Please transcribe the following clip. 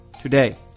today